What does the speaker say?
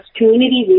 Community